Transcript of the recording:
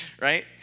right